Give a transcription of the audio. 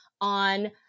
on